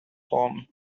home